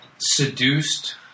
seduced